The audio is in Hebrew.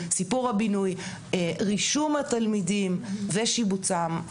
סיפור הבינוי, רישום התלמידים ושיבוצם.